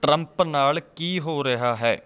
Trump ਨਾਲ ਕੀ ਹੋ ਰਿਹਾ ਹੈ